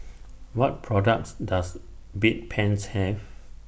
What products Does Bedpans Have